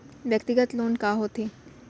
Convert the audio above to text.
व्यक्तिगत लोन का होथे?